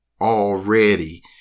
already